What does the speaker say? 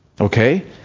okay